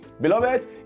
Beloved